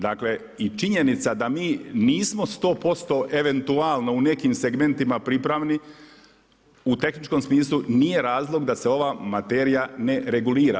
Dakle i činjenica da mi nismo sto posto eventualno u nekim segmentima pripravni u tehničkom smislu nije razlog da se ova materija ne regulira.